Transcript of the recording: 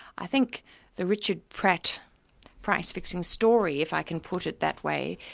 i think the richard pratt price fixing story, if i can put it that way,